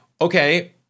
okay